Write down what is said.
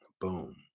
boom